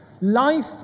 life